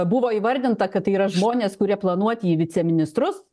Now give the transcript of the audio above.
buvo įvardinta kad tai yra žmonės kurie planuoti į viceministrus